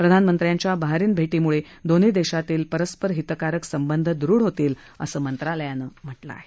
प्रधानमंत्र्यांच्या बहारिनभेटीमुळे दोन्ही देशातील परस्पर हितकारक संबंध दृढ होतील असं मंत्रालयान म्हटलं आहे